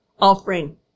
offering